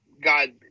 God